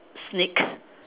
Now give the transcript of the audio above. sneak